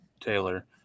Taylor